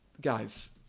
guys